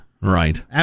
right